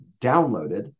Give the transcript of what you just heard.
downloaded